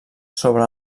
sobre